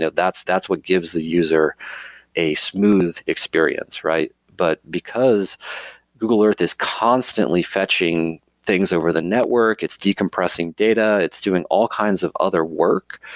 so that's that's what gives the user a smooth experience, right? but because google earth is constantly fetching things over the network, it's decompressing data, it's doing all kinds of other work,